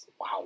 wow